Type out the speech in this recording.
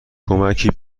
کمکی